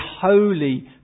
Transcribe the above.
holy